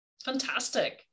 Fantastic